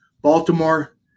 Baltimore